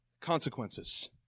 consequences